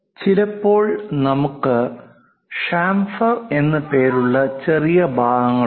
ചിലപ്പോൾ നമുക്ക് ചാംഫെർ എന്ന് പേരുള്ള ചെറിയ ഭാഗങ്ങളുണ്ട്